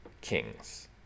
kings